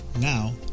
Now